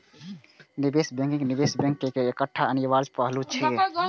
निवेश बैंकिंग निवेश बैंक केर एकटा अनिवार्य पहलू छियै